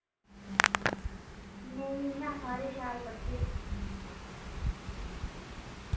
नेईं इ'यां सारे शैल पढ़दे